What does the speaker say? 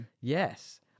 yes